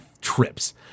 trips